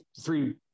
three